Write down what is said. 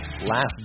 last